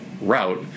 route